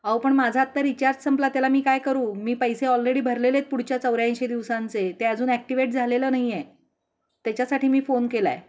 अहो पण माझा आत्ता रिचार्ज संपला त्याला मी काय करू मी पैसे ऑलरेडी भरलेले आहेत पुढच्या चौऱ्याऐंशी दिवसांचे ते अजून ॲक्टिवेट झालेलं नाही आहे त्याच्यासाठी मी फोन केला आहे